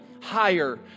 higher